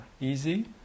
easy